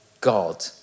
God